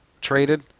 traded